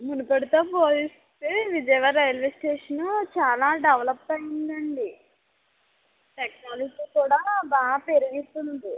మునుపటితో పోలిస్తే Vijayawada railway station చాలా develop అయ్యిందండి టెక్నాలజీ కూడా బాగా పెరుగుతుంది